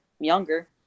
younger